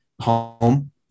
home